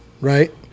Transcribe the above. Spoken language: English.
right